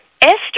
Esther